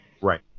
Right